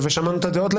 יש מחלוקת.